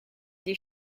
des